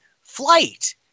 flight